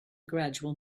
gradual